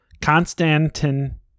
Constantin